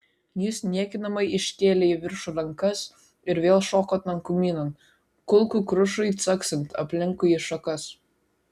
jis niekinamai iškėlė į viršų rankas ir vėl šoko tankumynan kulkų krušai caksint aplinkui į šakas